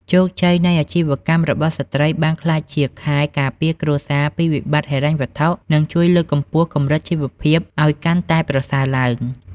ជោគជ័យនៃអាជីវកម្មរបស់ស្ត្រីបានក្លាយជាខែលការពារគ្រួសារពីវិបត្តិហិរញ្ញវត្ថុ និងជួយលើកកម្ពស់កម្រិតជីវភាពឱ្យកាន់តែប្រសើរឡើង។